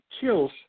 kills